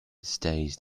stays